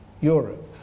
Europe